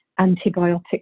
antibiotic